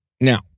now